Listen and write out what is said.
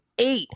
eight